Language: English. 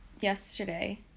yesterday